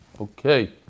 Okay